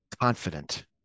confident